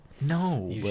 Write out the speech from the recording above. No